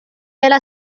era